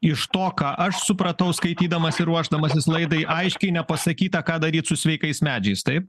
iš to ką aš supratau skaitydamas ir ruošdamasis laidai aiškiai nepasakyta ką daryt su sveikais medžiais taip